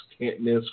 can't-miss